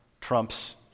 trumps